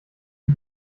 die